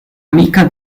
amica